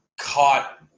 caught